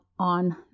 on